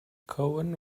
cohen